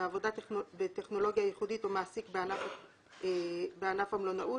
בעבודה בטכנולוגיה יחודית או מעסיק בענף המלונאות,